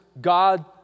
God